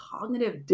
cognitive